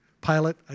pilot